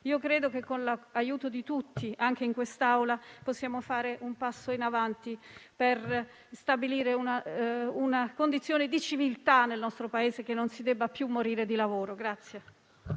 Credo che con l'aiuto di tutti, anche in questa Assemblea, possiamo fare un passo avanti per stabilire una condizione di civiltà nel nostro Paese, per cui non si debba più morire di lavoro.